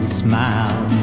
smile